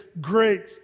great